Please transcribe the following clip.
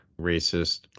racist